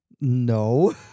No